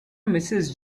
mrs